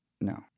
No